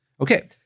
Okay